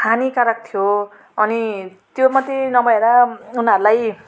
हानिकारक थियो अनि त्यो मात्रै नभएर उनीहरूलाई